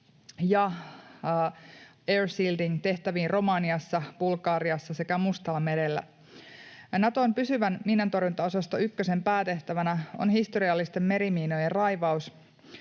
ja air shielding ‑tehtäviin Romaniassa, Bulgariassa sekä Mustallamerellä. Naton pysyvän miinantorjuntaosasto 1:n päätehtävänä on historiallisten merimiinojen raivaus.